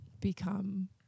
become